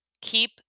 keep